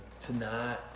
tonight